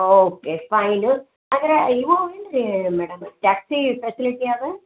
okay fine ಅಂದರೆ ಇವು ಏನ್ರೀ ಮೇಡಮ್ ಜಾಸ್ತಿ ಫೆಸಿಲಿಟಿ ಅದ